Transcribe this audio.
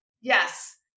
Yes